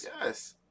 yes